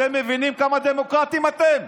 אתם מבינים כמה דמוקרטים אתם?